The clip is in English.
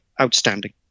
outstanding